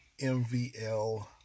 MVL